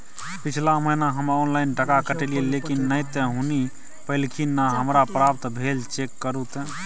पिछला महीना हम ऑनलाइन टका कटैलिये लेकिन नय त हुनी पैलखिन न हमरा प्राप्त भेल, चेक करू त?